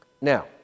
Now